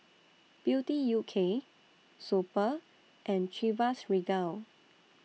Beauty U K Super and Chivas Regal